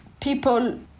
people